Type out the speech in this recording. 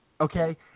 Okay